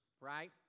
right